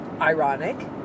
ironic